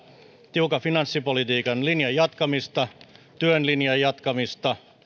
tiukan finanssipolitiikan jatkamista työn linjan jatkamista